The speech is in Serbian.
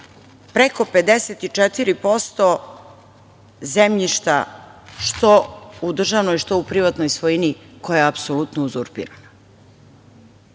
preko 54% zemljišta što u državnoj, što u privatnoj svojini koja je apsolutno uzurpirana.